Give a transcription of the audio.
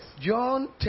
John